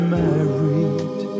married